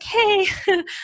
okay